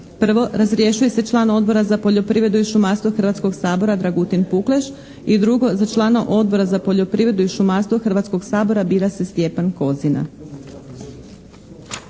Prvo, razrješuje se član Odbora za poljoprivredu i šumarstvo Hrvatskog sabora Dragutin Pukleš. I drugo, za člana Odbora za poljoprivredu i šumarstvo Hrvatskog sabora bira se Stjepan Kozina.